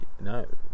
No